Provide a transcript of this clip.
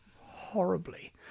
horribly